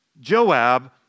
Joab